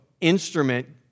instrument